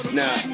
now